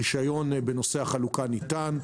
רישיון בנושא החלוקה ניתן.